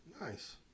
nice